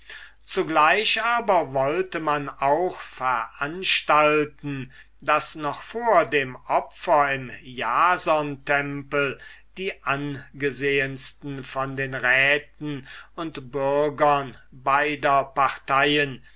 zugleich aber wollte man auch veranstalten daß noch vor dem opfer im jasonstempel die angesehensten von den räten und bürgern beider parteien